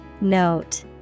Note